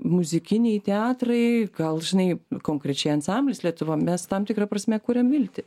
muzikiniai teatrai gal žinai konkrečiai ansamblis lietuva mes tam tikra prasme kuriam viltį